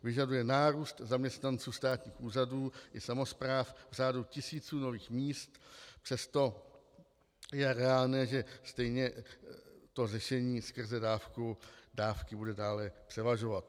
Vyžaduje nárůst zaměstnanců státních úřadů i samospráv v řádu tisíců nových míst, přesto je reálné, že stejně to řešení skrze dávky bude dále převažovat.